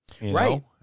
Right